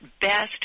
best